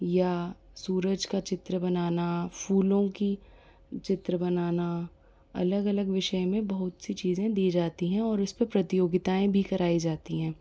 या सूरज का चित्र बनाना फूलों की चित्र बनाना अलग अलग विषय में बहुत सी चीज़ें दी जाती हैं और उसपे प्रतियोगिताएँ भी कराई जाती हैं